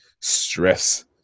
stress